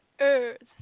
earth